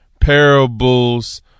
parables